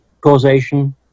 causation